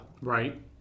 Right